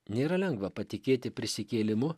nėra lengva patikėti prisikėlimu